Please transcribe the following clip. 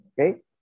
okay